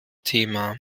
thema